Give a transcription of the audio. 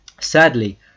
Sadly